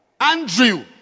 Andrew